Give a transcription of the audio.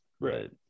right